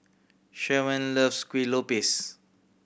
Sherman loves Kueh Lopes